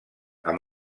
amb